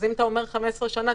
אז אם אומרים 15 שנה,